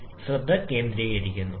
ഈ ഭാഗത്ത് ശ്രദ്ധ കേന്ദ്രീകരിക്കുക